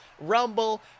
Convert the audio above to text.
Rumble